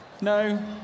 No